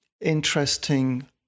interesting